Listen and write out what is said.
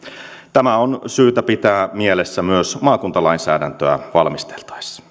tämä on syytä pitää mielessä myös maakuntalainsäädäntöä valmisteltaessa